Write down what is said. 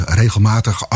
regelmatig